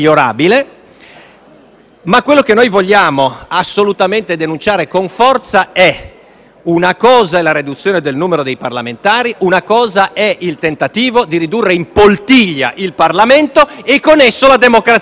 sia migliorabile, vogliamo assolutamente denunciare con forza che un conto è la riduzione del numero dei parlamentari, un altro è il tentativo di ridurre in poltiglia il Parlamento e, con esso, la democrazia del nostro Paese.